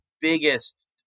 biggest